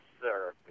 sir